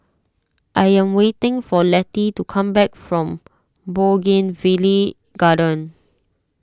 I am waiting for Letty to come back from Bougainvillea Garden